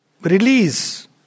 release